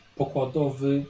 pokładowy